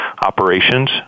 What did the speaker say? operations